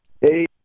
Hey